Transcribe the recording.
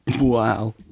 Wow